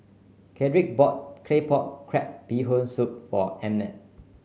Cedrick bought Claypot Crab Bee Hoon Soup for Emmett